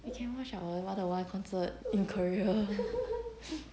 we can watch a lot of live concerts in korea